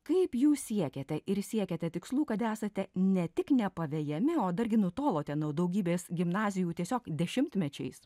kaip jūs siekiate ir siekiate tikslų kad esate ne tik nepavejami o dargi nutolote nuo daugybės gimnazijų tiesiog dešimtmečiais